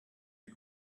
you